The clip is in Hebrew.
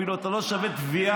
אפילו אתה לא שווה תביעה,